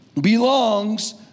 belongs